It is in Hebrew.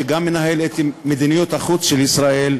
שגם מנהל את מדיניות החוץ של ישראל,